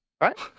Right